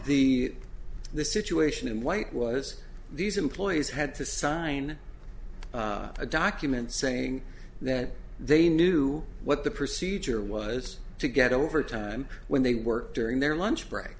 the the situation in white was these employees had to sign a document saying that they knew what the procedure was to get over time when they work during their lunch break